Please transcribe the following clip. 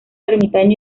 ermitaño